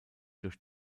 durch